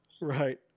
Right